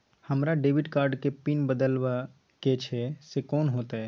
हमरा debit card के PIN बदलवा के छै से कोन होतै?